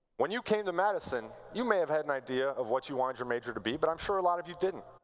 when you came to madison, you may have had an idea of what you wanted your major to be. but i am sure a lot of you didn't.